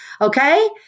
Okay